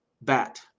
bat